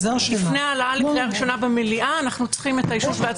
לפני העלאה לקריאה ראשונה במליאה אנחנו צריכים את האישור של ועדת השרים.